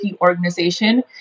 organization